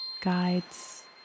guides